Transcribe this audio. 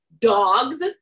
Dogs